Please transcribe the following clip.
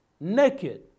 Naked